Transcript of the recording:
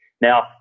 Now